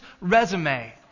resume